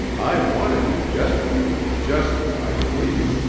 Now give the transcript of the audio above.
i wanted you desperately, just, i believe,